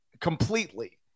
completely